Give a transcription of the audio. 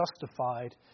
justified